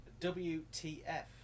WTF